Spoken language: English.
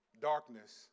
Darkness